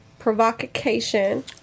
provocation